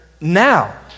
now